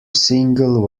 single